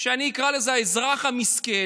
שאני אקרא לזה האזרח המסכן,